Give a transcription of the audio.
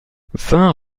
vingt